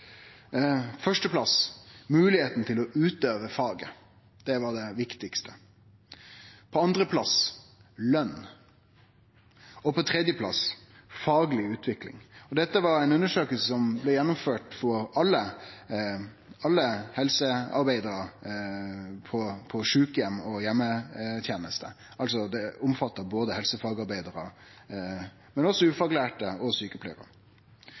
førsteplass: moglegheita til å utøve faget. Det var det viktigaste. På andreplass: løn. På tredjeplass: fagleg utvikling. Dette var ei undersøking som blei gjennomført for alle helsearbeidarar på sjukeheim og i heimeteneste – ho omfatta altså både helsefagarbeidarar, ufaglærte og